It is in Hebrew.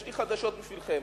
יש לי חדשות בשבילכם: